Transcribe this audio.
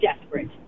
desperate